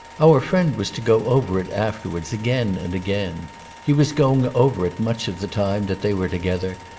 our friend was to go over it afterwards again and again he was going over it much of the time that they were together,